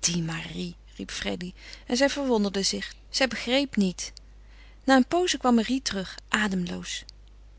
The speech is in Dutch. die marie riep freddy en zij verwonderde zich zij begreep niet na een pooze kwam marie terug ademloos